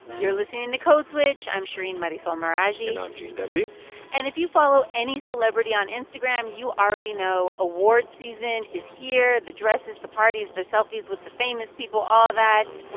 you're listening to code switch. i'm shereen marisol meraji and i'm gene demby and if you follow any celebrity on instagram, you already know award season is here the dresses, the parties, the selfies with the famous people, all that.